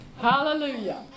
Hallelujah